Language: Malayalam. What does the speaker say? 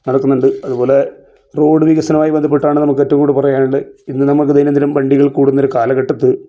നടക്കുന്നുണ്ട് അതുപോലെ റോഡ് വികസനവായി ബന്ധപ്പെട്ടാണ് നമ്മുക്ക് ഏറ്റവും കൂടുതല് പറയാനുള്ള ഇന്ന് നമുക്ക് ദൈന്യം ദിനം വണ്ടികൾ കൂടുന്നൊര് കാലഘട്ടത്ത്